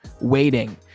waiting